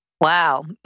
Wow